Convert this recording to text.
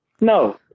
No